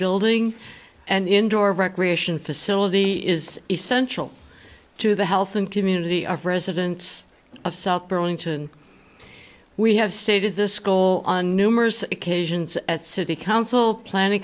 building an indoor recreation facility is essential to the health and community of residents of south burlington we have stated this goal on numerous occasions at city council planning